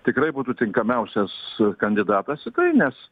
tikrai būtų tinkamiausias kandidatas į tai nes